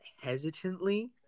hesitantly